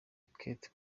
kate